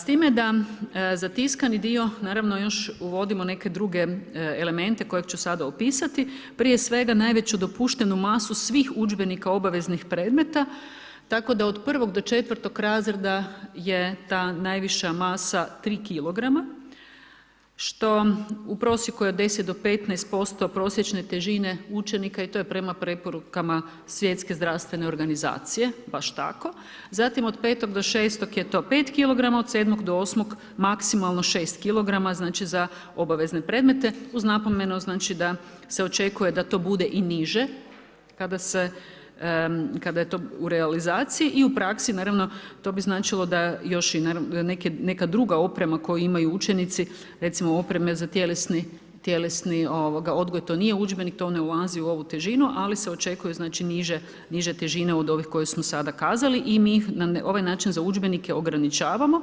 S time da za tiskani dio naravno još uvodimo neke druge elemente koje ću sada opisati, prije svega najveću dopuštenu masu svih udžbenika obaveznih predmeta, tako da od 1 do 4 razreda je ta najviša masa 3 kilograma, što u prosjeku je od 10-15% prosječne težine učenika i to je prema preporukama Svjetske zdravstvene organizacije, baš tako, zatim od 5-6 je to 5 kilograma, od 7-8 maksimalno 6 kilograma, znači za obavezne predmete, uz napomenu da se očekuje da to bude i niže kada je to u realizaciji i u praksi naravno to bi značilo da još i neka druga oprema koju imaju učenici, recimo opreme za tjelesni odgoj, to nije udžbenik, to ne ulazi u ovu težinu, ali se očekuje znači težine od ovih koje smo sada kazali, i mi ih na ovaj način za udžbenika ograničavamo,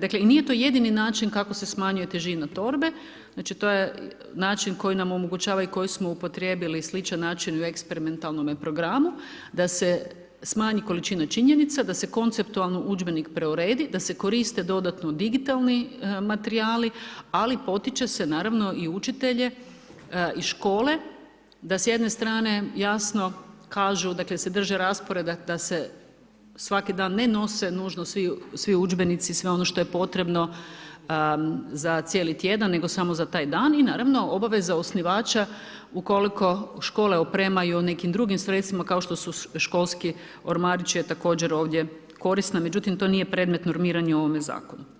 dakle i nije to jedini način kako se smanjuje težina torbe znači to je način koji nam omogućava i koji smo uporabili i sličan način u eksperimentalnome programu, da se smanji količina činjenica, da se konceptualno udžbenik preuredi, da se koriste dodatno digitalni materijali, ali potiče se naravno učitelje i škole, da s jedene strane jasno kažu, da se drže rasporeda, da se svaki dan, ne nose nužno svi udžbenici, sve ono što je potrebno, za cijeli tjedan, nego za taj dan i naravno obveza osnivača ukoliko škole opremaju u nekim drugim sredstvima, kao što su školski ormarić, je također ovdje koristan, međutim, to nije predmet normiranja u ovome zakonu.